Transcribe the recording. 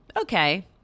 Okay